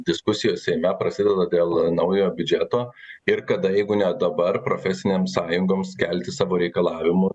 diskusijos seime prasideda dėl naujo biudžeto ir kada jeigu ne dabar profesinėms sąjungoms kelti savo reikalavimų